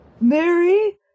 Mary